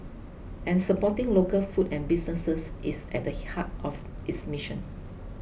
and supporting local food and businesses is at the heart of its mission